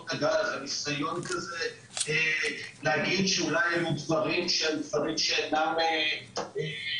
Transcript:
חברות הגז והניסיון להגיד שאולי היו דברים שאינם תכנוני